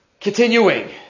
Continuing